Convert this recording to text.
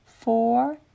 four